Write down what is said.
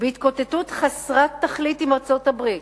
בהתקוטטות חסרת תכלית עם ארצות-הברית,